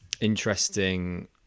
interesting